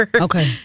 okay